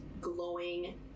glowing